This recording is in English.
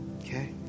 Okay